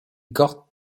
got